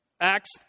Acts